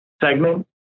segment